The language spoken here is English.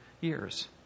years